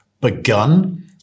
begun